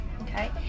Okay